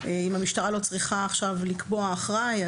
אם המשטרה לא צריכה עכשיו לקבוע אחראי,